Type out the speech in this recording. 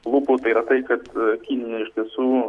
lūpų tai yra tai kad kinija iš tiesų